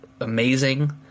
amazing